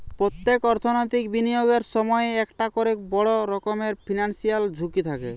পোত্তেক অর্থনৈতিক বিনিয়োগের সময়ই একটা কোরে বড় রকমের ফিনান্সিয়াল ঝুঁকি থাকে